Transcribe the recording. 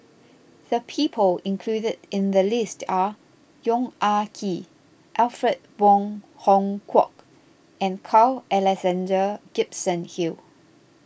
the people included in the list are Yong Ah Kee Alfred Wong Hong Kwok and Carl Alexander Gibson Hill